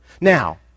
Now